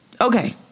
Okay